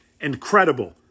Incredible